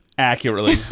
Accurately